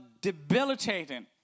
debilitating